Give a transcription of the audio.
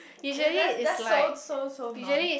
it's that that's so so so non~